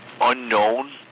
unknown